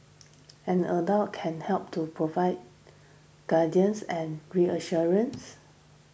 an adult can help to provide guidance and reassurance